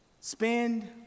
spend